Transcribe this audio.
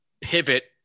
pivot